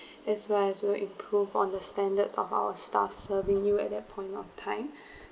as well as we will improve on the standards of our staff serving you at that point of time